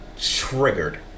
Triggered